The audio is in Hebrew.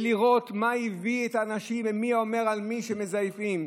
לראות מה הביא את האנשים ומי אומר על מי שמזייפים.